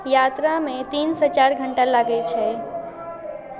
यात्रामे तीनसँ चारि घण्टा लगै छै